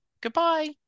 goodbye